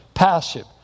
Passive